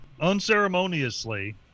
unceremoniously